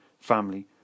family